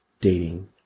Dating